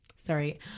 Sorry